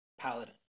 Paladin